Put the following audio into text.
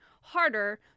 harder